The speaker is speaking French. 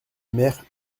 mère